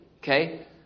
Okay